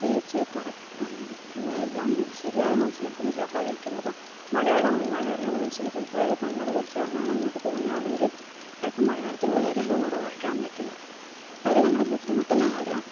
തീർച്ചയായും കറക്റ്റ് എല്ലാം ശരിയായി മനസ്സിലാക്കുന്ന ഒരു ആളായിരിക്കില്ല അപ്പോള് മലയാളം നന്നായി അറിയണം ചില ചിലപ്പോള് അയാള് കന്നഡ പഠിച്ച ആളാണ് അങ്ങോട്ട് പോകുന്നതാണെങ്കിൽ അയാൾക്ക് മലയാളത്തിലുള്ള ഒരു ബോർഡ് വായിക്കാൻ പറ്റില്ല അപ്പോള് അത് നമ്മള് ബുദ്ധിമുട്ടുന്ന കാര്യമാണ്